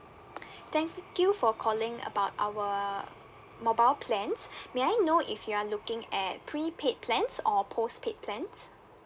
thank you for calling about our mobile plans may I know if you are looking at prepaid plans or postpaid plans